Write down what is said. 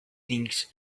things